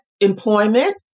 employment